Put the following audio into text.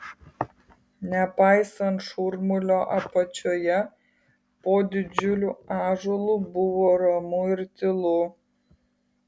nepaisant šurmulio apačioje po didžiuliu ąžuolu buvo ramu ir tylu